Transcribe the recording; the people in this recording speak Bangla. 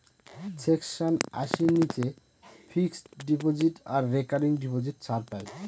সেকশন আশির নীচে ফিক্সড ডিপজিট আর রেকারিং ডিপোজিট ছাড় পাই